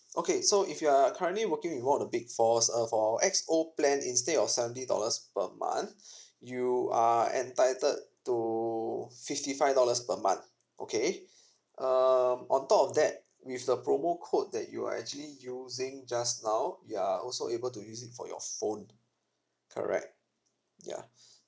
okay so if you are currently working with one of the big fours uh for X_O plan instead of seventy dollars per month you are entitled to fifty five dollars per month okay um on top of that with the promo code that you are actually using just now you are also able to use it for your phone correct yeah